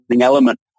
element